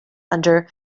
under